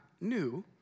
new